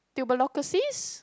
tuberculosis